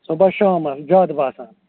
صُبحَس شامَن زیادٕ باسان